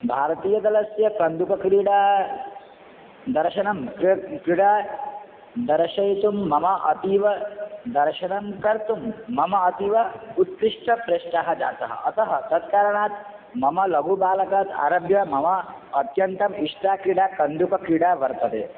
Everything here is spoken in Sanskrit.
भारतीयदलस्य कन्दुक्रीडा दर्शनं क्री क्रीडा दर्शयितुं मम अतीव दर्शनं कर्तुं मम अतीव उत्कृष्टप्रष्टः जातः अतः तत्कारणात् मम लघुबालकात् आरभ्य मम अत्यन्तम् इष्टा क्रीडा कन्दुकक्रीडा वर्तते